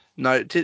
No